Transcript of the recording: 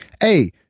hey